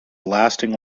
lasting